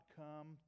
come